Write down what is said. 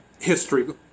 history